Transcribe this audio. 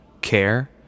care